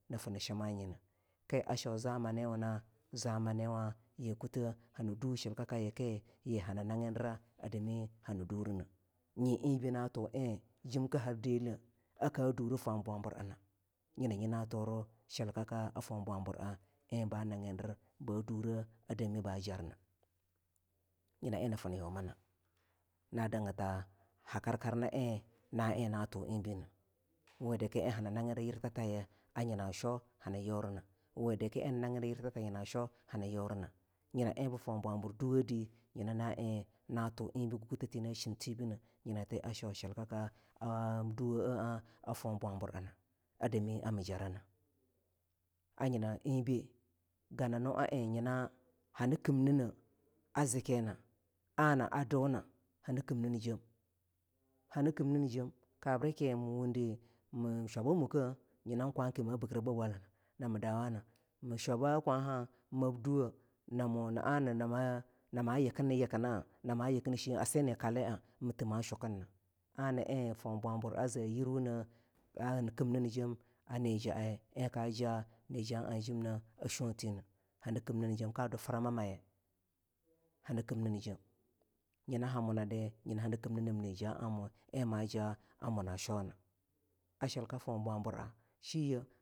nii fah nii shimanyineh kii a shau zamaniwuna zamni wa yii kuleh hani duh shilkakaye kii yii hani nagindira a dmi hani durineh nyi en bii na thu en jim ki har deleh ar ka duruh for babur ena nyina nyi na thuruh shilkaka a for bwabur en banagidir ba dureh a dami ba jarna nyina en nii fir yaumana naa dangata ha karkar na en na en na thu enbineh we da kii en hani nagindir yutha ta ye a yina sho hani yurina we di ku en hani na gindir yurtha ta yina sho hani yur ina nyina en buh for bwabur duwodih nyina na en thu embi guggutheti na shi thibine nyina ti a shau shilkaka aduwo for bwabur ena a dami amii jarana ari nyina enbe gona nu a en nyini hani kimnineh a zikinah ana a duna hani kimninje hani kimnninjeni kabrikii mii wundi mii shwaba mukkeh nyinan kwaken mabikir ba bola na mii dowana mii shwaba kwanah mab duwoh na mu na ana noma nama yakin nii yakinna mahama yikin shien a seh ni ka lia mii thih mashukinnah ana en for bwabur a zii yirwune aa nii kimnimjem a nii ja en ka ja ni jaa jimme a shoh timeh hani kimnimjem ka du frama mayeh hani kimnimjem nyina ha munadii nyina hani kimninim naa ja amuna en maja a muna shoh nah enbe nyina naen ni shima shilka for bwabur ena.